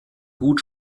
gut